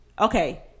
Okay